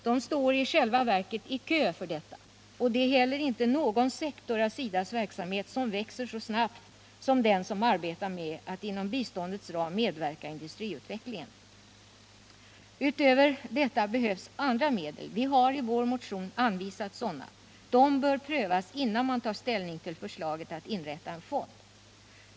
De står i själva verket i kö för detta. Och det är heller inte någon sektor av SIDA:s verksamhet som växer så snabbt som den som arbetar med att inom biståndets ram medverka i industriutvecklingen. Utöver detta behövs andra medel. Vi har i vår motion anvisat sådana. De bör prövas innan man tar ställning till förslaget att inrätta en fond.